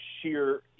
sheer